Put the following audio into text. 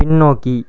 பின்னோக்கி